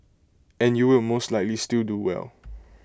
and you will most likely still do well